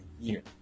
year